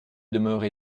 demeuré